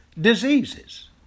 diseases